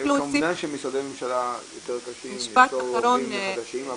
במשרדי ממשלה יותר קשה למצוא עובדים חדשים,